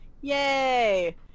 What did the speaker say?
Yay